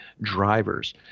drivers